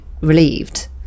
relieved